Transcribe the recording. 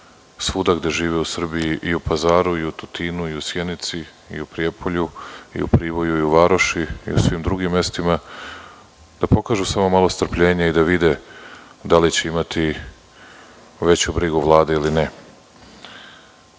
svuda gde žive u Srbiji, i u Pazaru, Tutinu, Sjenici, Prijepolju, Priboju, Varoši i u svim drugim mestima da pokažu samo malo strpljenja i da vide da li će imati veću brigu Vlade ili ne. Oko